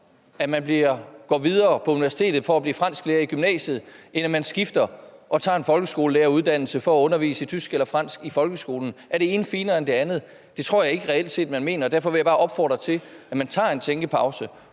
at man går videre på universitetet for at blive fransklærer i gymnasiet, end at man skifter og tager en folkeskolelæreruddannelse for at undervise i tysk eller fransk i folkeskolen. Er det ene finere end det andet? Det tror jeg ikke reelt set man mener, og derfor vil jeg bare opfordre til, at man tager en tænkepause,